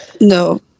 No